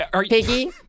Piggy